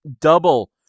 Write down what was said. double